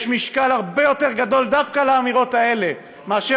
יש משקל הרבה יותר גדול דווקא לאמירות האלה מאשר